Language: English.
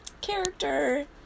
character